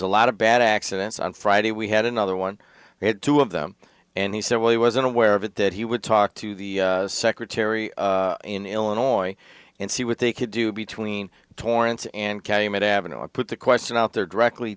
a lot of bad accidents on friday we had another one we had two of them and he said well he wasn't aware of it that he would talk to the secretary in illinois and see what they could do between torrance and calumet avenue or put the question out there directly